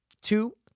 two